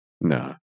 No